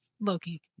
loki